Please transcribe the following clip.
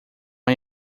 uma